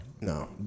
No